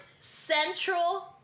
Central